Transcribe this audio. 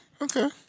okay